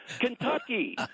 Kentucky